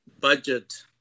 budget